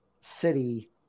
city